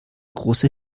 große